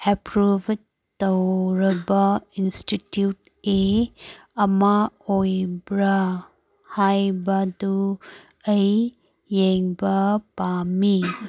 approved ꯇꯧꯔꯕ institute ꯑꯦ ꯑꯃ ꯑꯣꯏꯕ꯭ꯔ ꯍꯥꯏꯕꯗꯨ ꯑꯩ ꯌꯦꯡꯕ ꯄꯥꯝꯃꯤ